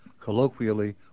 colloquially